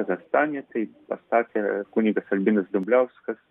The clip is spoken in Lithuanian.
kazachstane tai pastatė kunigas albinas dumbliauskas